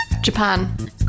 Japan